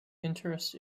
interest